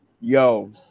Yo